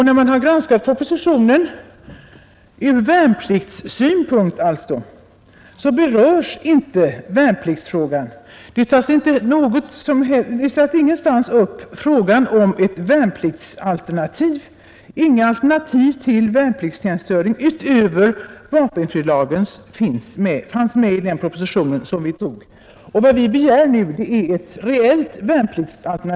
När man granskade propositionen ur värnpliktssynpunkt såg man alltså att värnpliktsfrågan inte berördes. Ingenstans togs frågan upp om ett värnpliktsalternativ. Inga alternativ till värnpliktstjänstgöring utöver vapenfrilagens fanns med i den proposition som vi tog. Vad vi begär nu är ett reellt värnpliktsalternativ till vad vi redan har. Herr Petersson säger sedan att i andra länder tar man inte ut hela årsklasser värnpliktiga, och de har också andra förutsättningar. Nu har tyvärr inte ÖB 71 kommit i tryck, men den är visst på väg till riksdagens ledamöter. Enligt uppgifter i pressen finns det emellertid ett alternativ i ÖB 71 som just handlar om något liknande också i Sverige. Så det kanske också kan bli aktuellt för vår del.